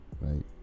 right